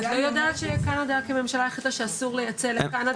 את לא ידעת שקנדה כממשלה החליטה שאסור לייצר לקנדה?